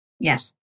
Yes